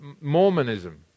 Mormonism